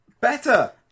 better